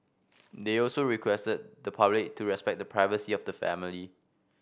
they also requested the public to respect the privacy of the family